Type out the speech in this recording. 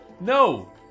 No